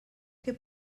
que